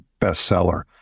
bestseller